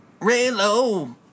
Raylo